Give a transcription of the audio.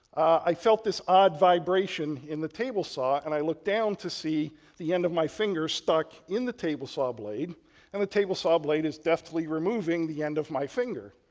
i felt this odd vibration in the table saw and i looked down to see the end of my finger stuck in the table saw blade and the table saw blade is definitely removing the end of my finger.